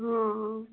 हँ